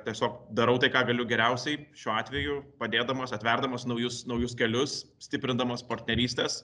tiesiog darau tai ką galiu geriausiai šiuo atveju padėdamas atverdamas naujus naujus kelius stiprindamas partnerystes